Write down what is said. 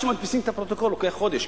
עד שמדפיסים את הפרוטוקול לוקח חודש,